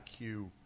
IQ